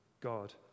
God